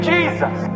Jesus